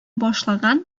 башлаган